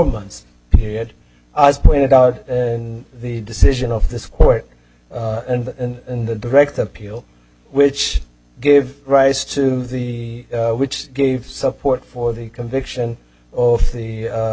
months period as pointed out in the decision of this court and in the direct appeal which gave rise to the which gave support for the conviction of the